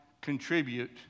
contribute